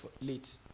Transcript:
late